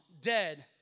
dead